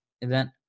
event